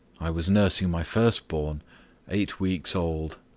i was nursing my first-born eight weeks old.